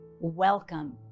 Welcome